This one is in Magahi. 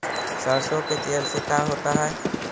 सरसों के तेल से का होता है?